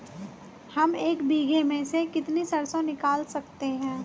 हम एक बीघे में से कितनी सरसों निकाल सकते हैं?